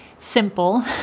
simple